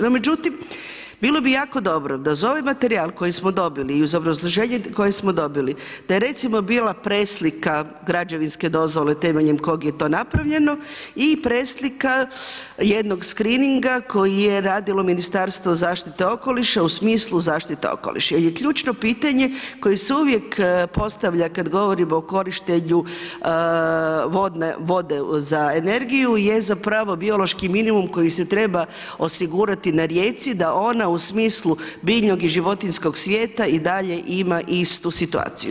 No međutim, bilo bi jako dobro da uz ovaj materijal koji smo dobili i uz obrazloženje koje smo dobili da je recimo bila preslika građevinske dozvole temeljem koga je to napravljeno i preslika jednog screeninga koje je radilo Ministarstvo zaštite okoliša u smislu zaštite okoliša jel je ključno pitanje koje se uvijek postavlja kada govorimo o korištenju vode za energiju je biološki minimum koji se treba osigurati na rijeci da ona u smislu biljnog i životinjskog svijeta i dalje ima istu situaciju.